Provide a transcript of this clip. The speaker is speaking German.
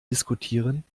diskutieren